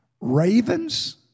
Ravens